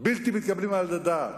בלתי מתקבלים על הדעת,